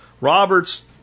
Roberts